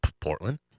Portland